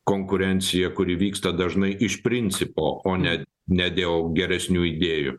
konkurencija kuri vyksta dažnai iš principo o ne ne dėl geresnių idėjų